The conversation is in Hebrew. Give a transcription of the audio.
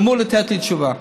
הוא אמור לתת לי תשובה.